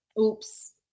oops